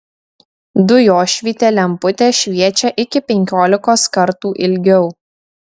dujošvytė lemputė šviečia iki penkiolikos kartų ilgiau